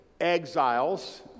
exiles